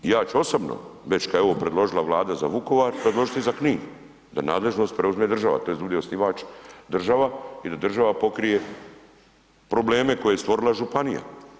I ja ću osobno već kada je ovo predložila Vlada za Vukovar predložiti za Knin da nadležnost preuzme država, tj. da bude osnivač država i da država pokrije probleme koje je stvorila županija.